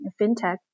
fintech